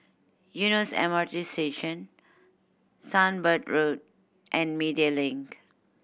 Eunos M R T Station Sunbird Road and Media Link